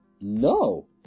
No